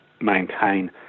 maintain